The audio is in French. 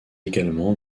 également